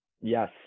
Yes